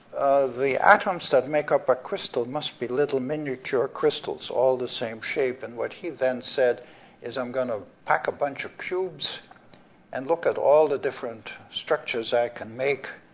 the atoms that make up a crystal must be little miniature crystals, all the same shape, and what he then said is, i'm gonna pack a bunch of cubes and look at all the different structures i can make